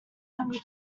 hungry